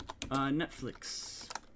Netflix